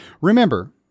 Remember